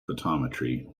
photometry